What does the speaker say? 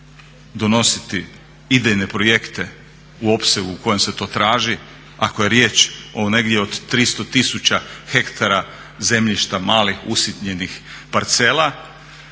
donositi idejne projekte u opsegu u kojem se to traži ako je riječ o negdje o 300 000 ha zemljišta malih, usitnjenih parcela.